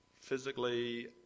physically